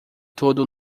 todo